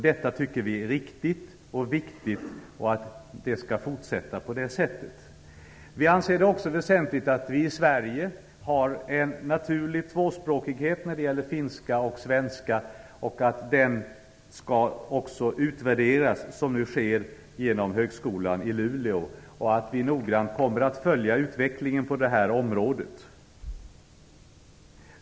Detta tycker vi är riktigt och viktigt, och vi tycker att det skall fortsätta på det sättet. Vi anser det också väsentligt att vi i Sverige har en naturlig tvåspråkighet när det gäller finska och svenska, och att den skall utvärderas genom högskolan i Luleå, vilket nu sker. Vi kommer noggrant att följa utvecklingen på detta område.